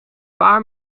paar